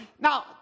Now